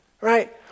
Right